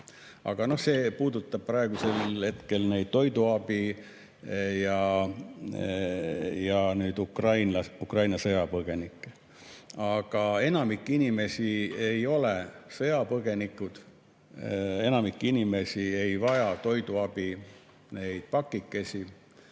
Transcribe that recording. See puudutab praegusel hetkel toiduabi ja Ukraina sõjapõgenikke. Aga enamik inimesi ei ole sõjapõgenikud. Enamik inimesi ei vaja toiduabipakikesi